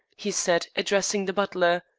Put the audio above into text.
he said, addressing the butler.